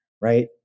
right